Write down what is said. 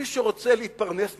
מי שרוצה להתפרנס ממנו,